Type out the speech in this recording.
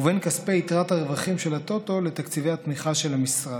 ובין כספי יתרת הרווחים של הטוטו לתקציבי התמיכה של המשרד.